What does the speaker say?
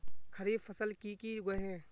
खरीफ फसल की की उगैहे?